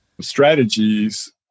strategies